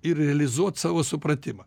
ir realizuot savo supratimą